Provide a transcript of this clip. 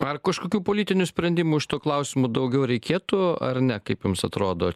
ar kažkokių politinių sprendimų šituo klausimu daugiau reikėtų ar ne kaip jums atrodo